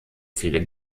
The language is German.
viele